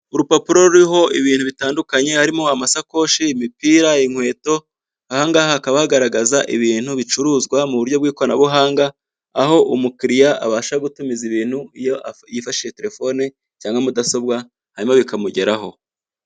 Urupapuro ruriho ibintu bitandukanye harimo amashakoshi, imipira, inkweto, ahangaha hakaba hagaragaza ibintu bicuruzwa mu buryo bw'ikoranabuhanga aho umukiriya abasha gutumiza ibintu iyo yifashishije telefone cyangwa mudasobwa hanyuma bikamugeraho.